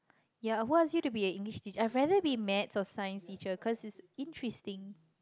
ya who ask you to be a English teacher I rather be maths or science teacher cause it's interesting